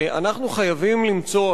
ואנחנו חייבים למצוא,